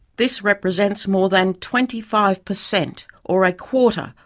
this represents more than twenty five per cent, or a quarter,